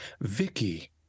vicky